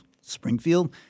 Springfield